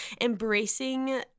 embracing